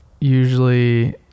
usually